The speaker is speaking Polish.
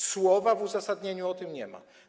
Słowa w uzasadnieniu o tym nie ma.